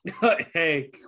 hey